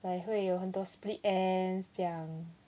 like 会有很多 split ends 这样